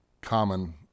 common